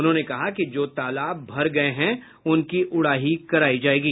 उन्होंने कहा कि जो तालाब भर गये हैं उनकी उड़ाही करायी जायेगी